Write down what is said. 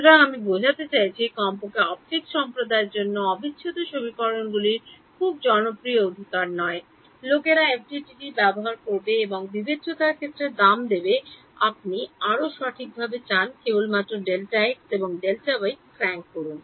সুতরাং আমি বোঝাতে চাইছি কমপক্ষে অপটিক্স সম্প্রদায়ের মধ্যে অবিচ্ছেদ্য সমীকরণগুলি খুব জনপ্রিয় অধিকার নয় লোকেরা এফডিটিডি করবে এবং বিবেচ্যতার ক্ষেত্রে দাম দেবে আপনি আরও সঠিকভাবে চান কেবলমাত্র Δ x Δ y ক্র্যাঙ্ক করুন